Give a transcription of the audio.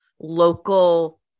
local